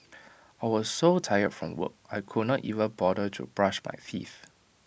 I was so tired from work I could not even bother to brush my teeth